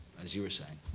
as you were saying.